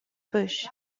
bush